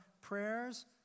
prayers